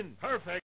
perfect